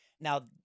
Now